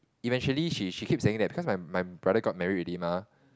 eventually she she keep saying cause my my brother got married already mah